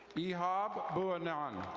ihab bohinana.